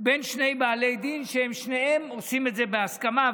בין שני בעלי דין שהם שניהם עושים את זה בהסכמה.